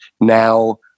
now